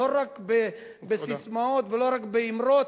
לא רק בססמאות ולא רק באמרות.